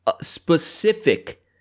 specific